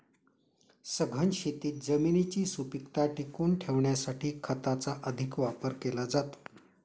सघन शेतीत जमिनीची सुपीकता टिकवून ठेवण्यासाठी खताचा अधिक वापर केला जातो